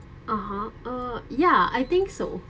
(uh huh) uh ya I think so